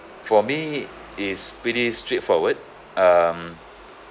for me is pretty straightforward um